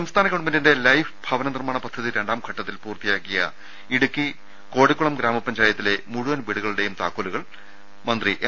സംസ്ഥാന ഗവൺമെന്റിന്റെ ലൈഫ് ഭവന നിർമാണ പദ്ധതി രണ്ടാം ഘട്ടത്തിൽ പൂർത്തിയാക്കിയ ഇടുക്കി കോടിക്കുളം ഗ്രാമപഞ്ചായത്തിലെ മുഴുവൻ വീടുകളുടെയും താക്കോലുകൾ മന്ത്രി എം